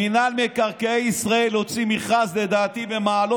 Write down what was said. מינהל מקרקעי ישראל הוציא מכרז במעלות-תרשיחא,